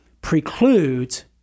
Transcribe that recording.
precludes